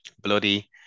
Bloody